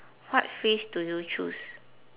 what phrase do you choose